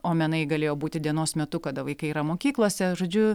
o menai galėjo būti dienos metu kada vaikai yra mokyklose žodžiu